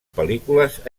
pel·lícules